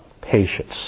patience